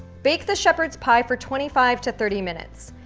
bake the shepherd's pie for twenty five to thirty minutes.